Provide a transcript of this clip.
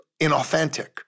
inauthentic